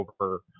over